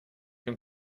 dem